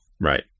right